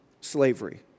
slavery